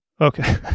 okay